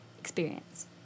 experience